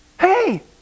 hey